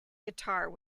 guitar